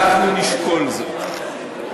אנחנו נשקול זאת.